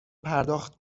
پرداخت